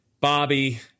Bobby